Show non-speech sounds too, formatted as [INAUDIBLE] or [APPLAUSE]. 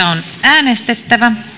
[UNINTELLIGIBLE] on äänestettävä